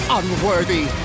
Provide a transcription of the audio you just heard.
unworthy